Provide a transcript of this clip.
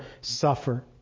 suffer